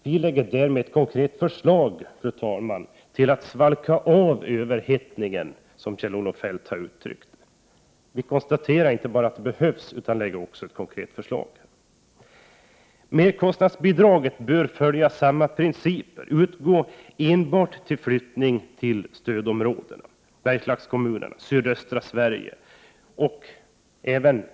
Vi lägger därmed ett konkret förslag, fru talman, till att svalka av överhettningen, som Kjell-Olof Feldt uttryckte det, på arbetsmarknaden i storstäderna. Vi konstaterar inte bara att det behövs åtgärder utan lägger alltså också ett konkret förslag. Merkostnadsbidraget bör följa samma principer och utgå enbart vid flyttning till ssödområden, Bergslagskommunerna och sydöstra Sverige.